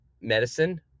medicine